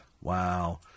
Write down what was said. Wow